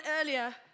earlier